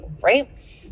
right